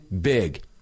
big